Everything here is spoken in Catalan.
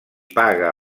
paga